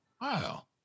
Wow